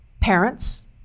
Parents